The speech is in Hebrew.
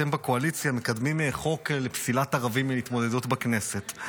אתם בקואליציה מקדמים חוק לפסילת ערבים מהתמודדות בכנסת.